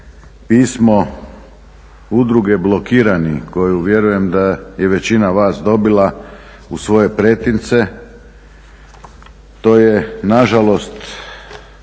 pismo Udruge blokiranih koju vjerujem da je većina vas dobila u svoje pretince, to je nažalost